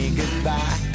goodbye